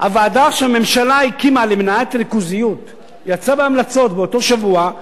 הוועדה שהממשלה הקימה למניעת ריכוזיות יצאה בהמלצות באותו שבוע,